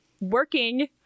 working